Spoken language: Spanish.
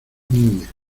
niña